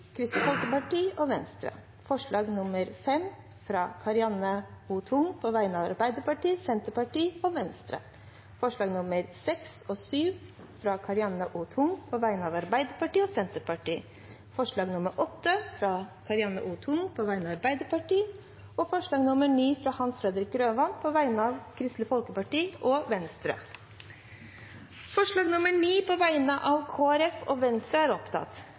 Kristelig Folkeparti og Venstre forslag nr. 5, fra Karianne O. Tung på vegne av Arbeiderpartiet, Senterpartiet og Venstre forslagene nr. 6 og 7, fra Karianne O. Tung på vegne av Arbeiderpartiet og Senterpartiet forslag nr. 8, fra Karianne O. Tung på vegne av Arbeiderpartiet forslag nr. 9, fra Hans Fredrik Grøvan på vegne av Kristelig Folkeparti og Venstre Det voteres først over forslag nr. 9, fra Kristelig Folkeparti og Venstre.